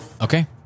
Okay